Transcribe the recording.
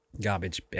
garbage